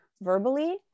verbally